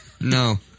no